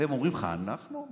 והם אומרים לך: אנחנו?